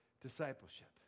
discipleship